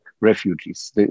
refugees